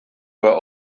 were